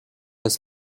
was